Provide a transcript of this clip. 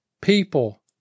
People